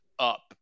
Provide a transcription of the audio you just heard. up